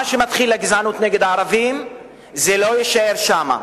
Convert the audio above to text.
מה שמתחיל כגזענות נגד ערבים לא יישאר שם,